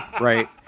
right